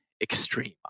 extreme